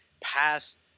past